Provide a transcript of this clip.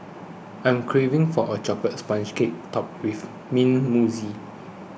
I am craving for a Chocolate Sponge Cake Topped with Mint Mousse